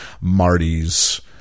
Marty's